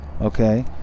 Okay